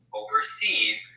overseas